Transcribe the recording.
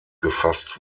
gefasst